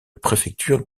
préfecture